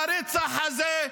לרצח הזה,